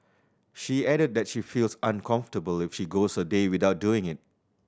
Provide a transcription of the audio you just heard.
she added that she feels uncomfortable if she goes a day without doing it